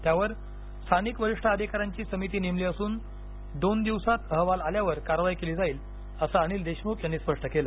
त्यावर स्थानिक वरिष्ठ अधिकाऱ्यांची समिती नेमली असून दोन दिवसात अहवाल आल्यावर कारवाई केली जाईल असं अनिल देशमुख यांनी स्पष्ट केलं